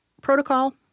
protocol